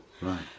Right